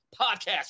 podcast